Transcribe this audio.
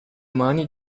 umani